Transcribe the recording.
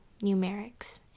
numerics